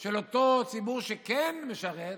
של אותו ציבור שכן משרת,